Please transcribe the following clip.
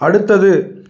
அடுத்தது